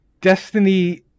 Destiny